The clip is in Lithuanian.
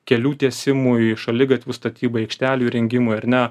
kelių tiesimui šaligatvių statybai aikštelių įrengimui ar ne